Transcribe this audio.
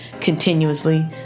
continuously